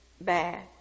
bad